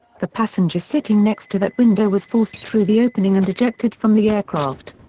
the passenger sitting next to that window was forced through the opening and ejected from the aircraft.